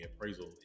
appraisal